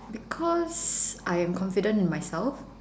because I am confident in myself